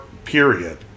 period